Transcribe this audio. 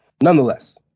Nonetheless